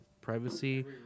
privacy